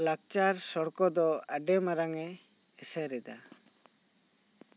ᱞᱟᱠᱪᱟᱨ ᱥᱚᱲᱠᱚ ᱫᱚ ᱟᱹᱰᱤ ᱢᱟᱨᱟᱝᱼᱮ ᱮᱥᱮᱨ ᱮᱫᱟ